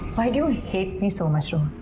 why do you hate me so much?